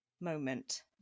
moment